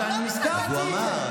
הזכרתי את זה.